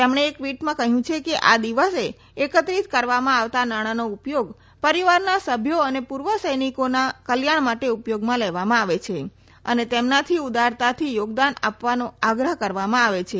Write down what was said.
તેમણે એક ટવીટમાં કહયું છે કે આ દિવસે એકત્રિત કરવામાં આવતા નાણાંનો ઉપયોગ પરીવારના સભ્યો અને પુર્વ સૈનિકોના કલ્યાણ માટે ઉપયોગમાં લેવામા આવે છે અને તેમનાથી ઉદારતાથી યોગદાન આપવાનો આગ્રહ કરવામાં આવે છે